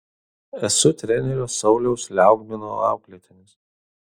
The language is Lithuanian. esu trenerio sauliaus liaugmino auklėtinis